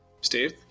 steve